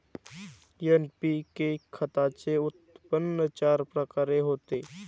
NPK खताचे उत्पन्न चार प्रकारे होते